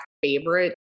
favorite